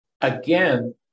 again